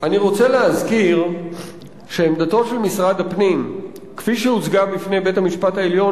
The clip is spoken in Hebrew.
אני רוצה להזכיר שעמדתו של משרד הפנים כפי שהוצגה בפני בית-המשפט העליון